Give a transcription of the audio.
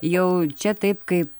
jau čia taip kaip